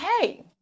hey